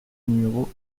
numéro